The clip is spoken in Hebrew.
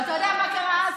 אבל אתה יודע מה קרה אז,